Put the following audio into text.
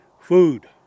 Food